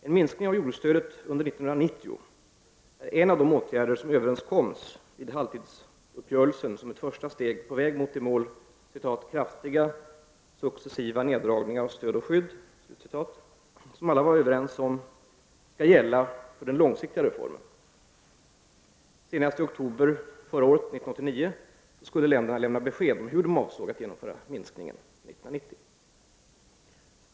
En minskning av jordbruksstödet under 1990 är en av de åtgärder som man kom överens om vid halvtidsuppgörelsen som ett första steg på väg mot det mål ”kraftiga successiva neddragningar av stöd och skydd” som alla är överens om skall gälla för den långsiktiga reformen. Senast i oktober 1989 skulle länderna lämna besked om hur de avsåg genomföra minskningen 1990.